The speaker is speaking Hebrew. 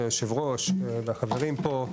יושב הראש, והחברים פה,